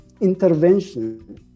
intervention